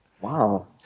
Wow